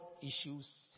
issues